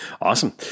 awesome